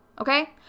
Okay